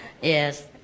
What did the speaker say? Yes